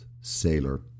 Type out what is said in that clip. sailor